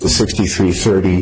sixty three thirty